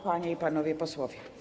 Panie i Panowie Posłowie!